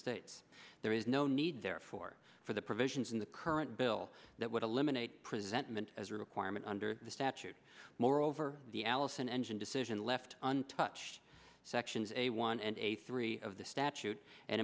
states there is no need therefore for the provisions in the current bill that would eliminate presentment as a requirement under the statute moreover the allison engine decision left untouched sections a one and a three of the statute and